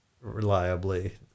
reliably